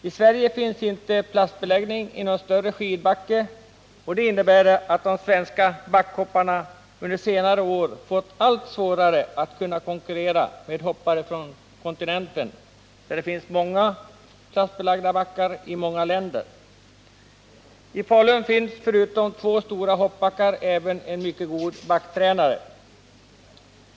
I Sverige finns inte plastbeläggning i någon större skidbacke, vilket innebär att de svenska backhopparna under senare år fått allt svårare att kunna konkurrera med hoppare från kontinenten, där det finns många plastbelagda backar i många länder. I Falun finns förutom två stora hoppbackar även en mycket god backtränare.